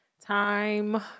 time